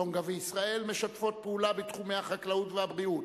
טונגה וישראל משתפות פעולה בתחומי החקלאות והבריאות.